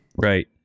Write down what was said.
right